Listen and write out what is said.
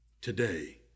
Today